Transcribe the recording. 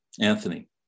Anthony